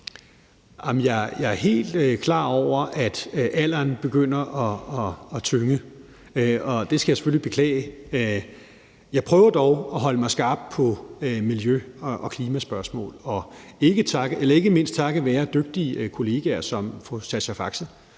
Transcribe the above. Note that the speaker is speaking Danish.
Jeg er helt klar over, at alderen begynder at tynge, og det skal jeg selvfølgelig beklage. Jeg prøver dog at holde mig skarp på miljø- og klimaspørgsmål og ikke mindst takket være dygtige kollegaer som fru Sascha Faxe,